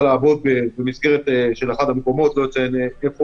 לעבוד במסגרת אחד המקומות לא אציין היכן,